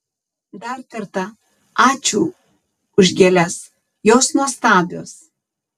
dar kartą ačiū už gėles jos nuostabios